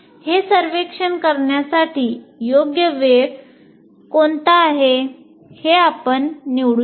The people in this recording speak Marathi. हे सर्वेक्षण करण्यासाठी योग्य वेळ कोणती आहे हे आपण निवडू शकता